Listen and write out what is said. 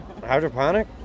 hydroponic